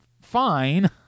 Fine